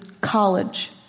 college